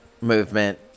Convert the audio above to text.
movement